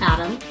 Adam